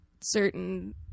certain